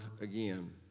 again